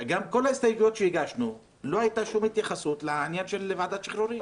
בכל ההסתייגויות שהגשנו לא הייתה שום התייחסות לעניין של ועדת השחרורים.